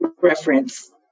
reference